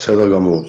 בסדר גמור,